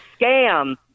scam